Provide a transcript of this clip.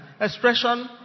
Expression